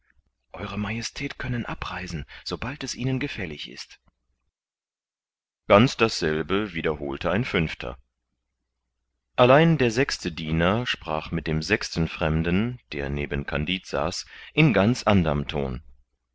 ew majestät können abreisen sobald es ihnen gefällig ist ganz dasselbe wiederholte ein fünfter allein der sechste diener sprach mit dem sechsten fremden der neben kandid saß in ganz anderm ton